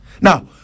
Now